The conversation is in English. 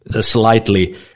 Slightly